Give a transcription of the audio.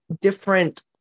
different